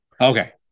Okay